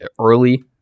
Early